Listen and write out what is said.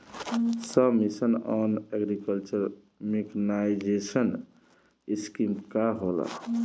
सब mission on agriculture mechanisation scheme का होला?